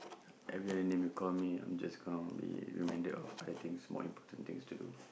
everyone then will call me I'm just gonna be reminded of other things more important things to do